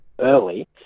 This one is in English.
early